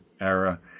era